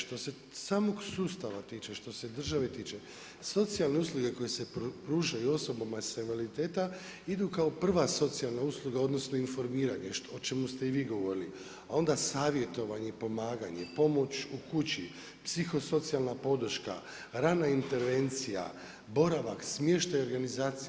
Što se samog sustava tiče, što se države tiče, socijalne usluge koje se pružaju osoba sa invaliditetom idu kao prva socijalna usluga odnosno informiranje o čemu ste i vi govorili a onda savjetovanje, pomaganje, pomoć u kući, psihosocijalna podrška, rana intervencija, boravak, smještaj, organizacija.